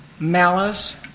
malice